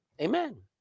Amen